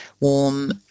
warm